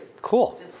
cool